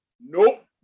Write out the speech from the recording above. nope